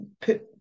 put